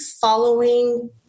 following